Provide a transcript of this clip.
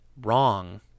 wrong